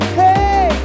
hey